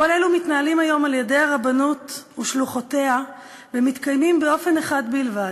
כל אלו מתנהלים היום על-ידי הרבנות ושלוחותיה ומתקיימים באופן אחד בלבד,